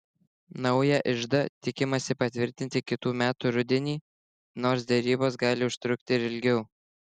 naują iždą tikimasi patvirtinti kitų metų rudenį nors derybos gali užtrukti ir ilgiau